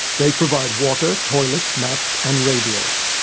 they provide water, toilets, maps and radios.